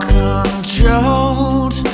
controlled